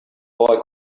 boy